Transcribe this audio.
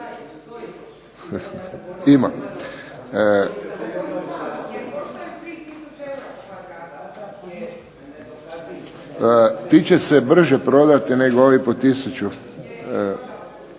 Hvala. Ti će se brže prodati nego ovi po 1000.